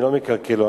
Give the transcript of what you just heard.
אני לא מקלקל לו.